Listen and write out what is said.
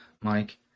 mike